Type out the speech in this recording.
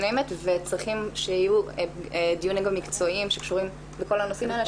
name it וצריכים שיהיו דיונים מקצועיים שקשורים לכל הנושאים האלה,